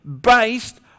based